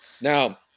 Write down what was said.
Now